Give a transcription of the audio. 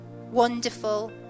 wonderful